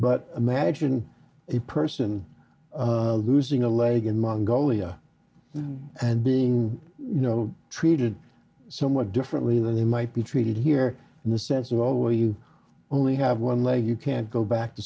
but imagine a person losing a leg in mongolia and being you know treated somewhat differently than they might be treated here in the sense of oh you only have one leg you can't go back to